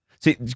See